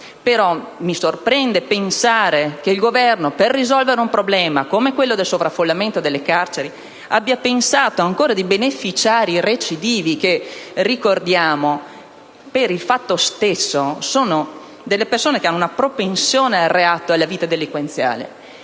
Però mi sorprende pensare che il Governo, per risolvere un problema come quello del sovraffollamento delle carceri, abbia pensato ancora di beneficiare i recidivi, che - ricordiamo - sono tali perché hanno una propensione al reato e alla vita delinquenziale.